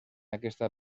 aquesta